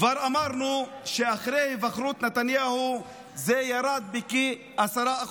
כבר אמרנו שאחרי היבחרות נתניהו זה ירד בכ-10%,